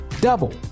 double